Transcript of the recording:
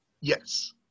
yes